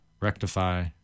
rectify